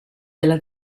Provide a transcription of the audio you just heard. della